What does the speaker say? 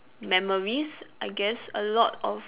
memories I guess a lot of